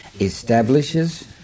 establishes